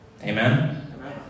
Amen